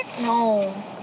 No